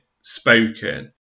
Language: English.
spoken